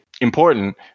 important